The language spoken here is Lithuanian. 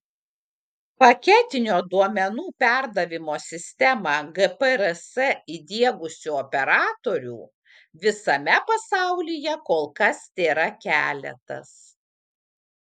paketinio duomenų perdavimo sistemą gprs įdiegusių operatorių visame pasaulyje kol kas tėra keletas